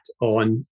on